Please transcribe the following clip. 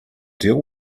deal